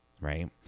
right